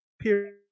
period